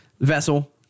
vessel